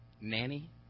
nanny